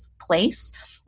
place